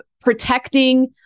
protecting